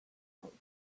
out